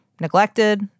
neglected